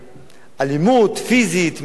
שאלימות פיזית, מילולית,